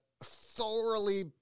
thoroughly